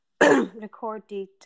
recorded